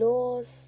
Laws